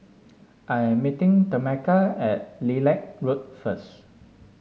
I am meeting Tameka at Lilac Road first